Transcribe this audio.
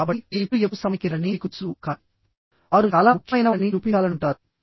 కాబట్టి వీఐపీలు ఎప్పుడూ సమయానికి రారని మీకు తెలుసు కానీ వారు చాలా ముఖ్యమైనవారని చూపించాలనుకుంటారు